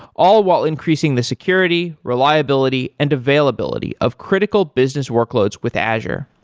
all while increasing the security, reliability and availability of critical business workloads with azure.